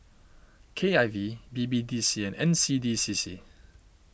K I V B B D C and N C D C C